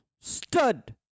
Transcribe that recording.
Stud